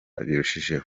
birushijeho